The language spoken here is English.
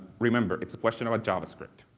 remember, it's a question about javascript